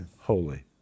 Holy